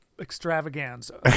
extravaganza